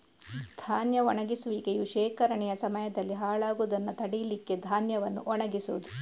ಧಾನ್ಯ ಒಣಗಿಸುವಿಕೆಯು ಶೇಖರಣೆಯ ಸಮಯದಲ್ಲಿ ಹಾಳಾಗುದನ್ನ ತಡೀಲಿಕ್ಕೆ ಧಾನ್ಯವನ್ನ ಒಣಗಿಸುದು